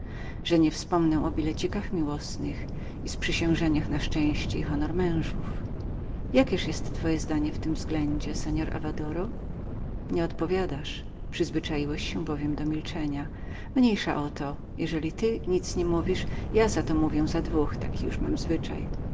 że już nie wspomnę o bilecikach miłosnych i sprzysiężeniach na szczęście i honor małżonków jakież twoje zdanie w tym względzie seor avadoro nie odpowiadasz w ogóle bowiem przyzwyczaiłeś się do milczenia mniejsza o to jeżeli ty nic nie mówisz ja za to mówię za dwóch jestto znowu mój zwyczaj